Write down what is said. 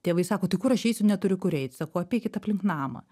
tėvai sako tai kur aš eisiu neturiu kur eit sakau apeikit aplink namą